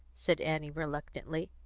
said annie reluctantly,